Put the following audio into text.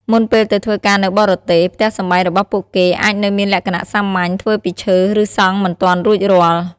មុនពេលទៅធ្វើការនៅបរទេស ផ្ទះសម្បែងរបស់ពួកគេអាចនៅមានលក្ខណៈសាមញ្ញ ធ្វើពីឈើ ឬសង់មិនទាន់រួចរាល់។